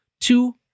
two